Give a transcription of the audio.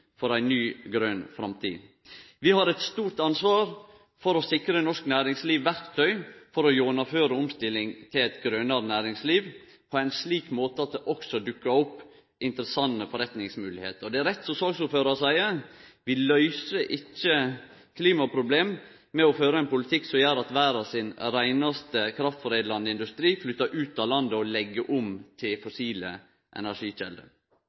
for ei ny grøn framtid. Vi har eit stort ansvar for å sikre at norsk næringsliv har verktøy til å gjennomføre ei omstilling til eit grønare næringsliv – på ein slik måte at det også dukkar opp interessante forretningsmoglegheiter. Det er rett det som saksordføraren seier: Vi løyser ikkje klimaproblem med å føre ein politikk som gjer at verda sin reinaste kraftforedlande industri flyttar ut av landet og legg om til